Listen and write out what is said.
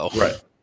Right